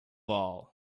all